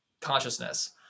consciousness